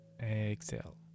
exhale